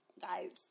guys